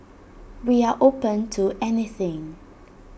we are open to anything